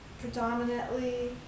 predominantly